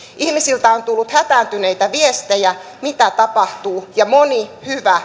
on tullut hätääntyneitä viestejä mitä tapahtuu ja moni hyvä toiminto